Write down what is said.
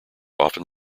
often